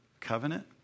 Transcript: covenant